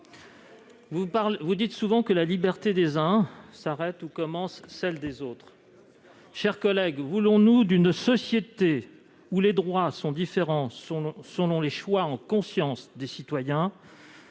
Vous dites souvent que la liberté des uns s'arrête là où commence celle des autres. Chers collègues, voulons-nous d'une société dans laquelle les droits sont différents selon les choix en conscience des citoyens ?